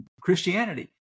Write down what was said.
Christianity